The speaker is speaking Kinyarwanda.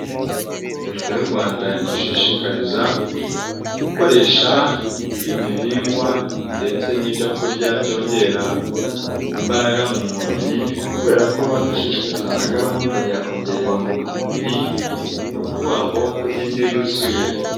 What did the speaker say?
Leta y'u Rwanda idushishikariza gukoresha ibihingwa ndetse n'ibyo kurya byongera imbaraga mu mubiri kubera ko badushishikariza na gahunda ya ongera intungamubiri, ni ukuvuga ngo kurya indyo yuzuye.